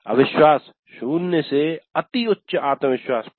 अविश्वास 0 से अति उच्च आत्मविश्वास 5